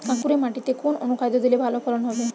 কাঁকুরে মাটিতে কোন অনুখাদ্য দিলে ভালো ফলন হবে?